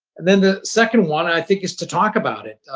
then the second one, i think, is to talk about it.